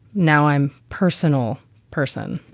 no, i'm personal person.